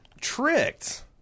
tricked